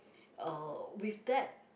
uh with that